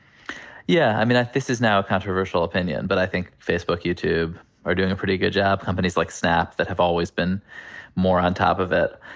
yeah. i mean, this is now a controversial opinion. but i think facebook, youtube are doing a pretty good job. companies like snap that have always been more on top of it.